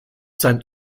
sein